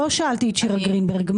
לא שאלתי את שירה גרינברג.